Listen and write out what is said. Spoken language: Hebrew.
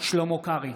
שלמה קרעי,